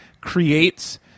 creates